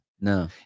No